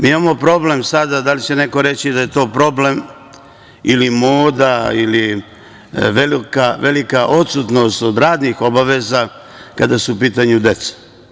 Mi imamo problem, e sada da li će neko reći da je to problem ili moda ili velika odsutnost od radnih obaveza kada su u pitanju deca.